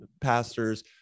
pastors